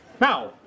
Now